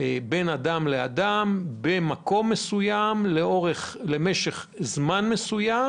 בין אדם לאדם במקום מסוים למשך זמן מסוים,